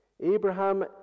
Abraham